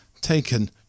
taken